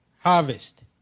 harvest